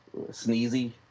sneezy